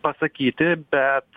pasakyti bet